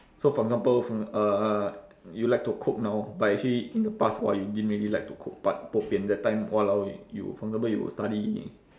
so for example from uh you like to cook now but actually in the past !wah! you didn't really like to cook but bo pian that time !walao! you for example you study